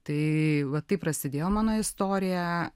tai va taip prasidėjo mano istorija